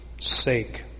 sake